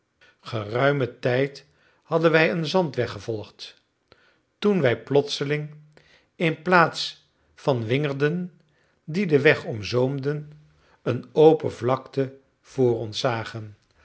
geruimen tijd hadden wij een zandweg gevolgd toen wij plotseling in plaats van de wingerden die den weg omzoomden een open vlakte voor ons zagen